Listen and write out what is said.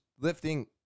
lifting